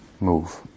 move